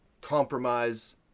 compromise